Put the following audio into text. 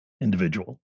individual